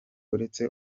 uretse